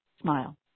Smile